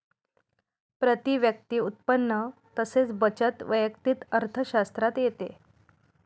प्रती व्यक्ती उत्पन्न तसेच बचत वैयक्तिक अर्थशास्त्रात येते